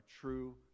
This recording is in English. true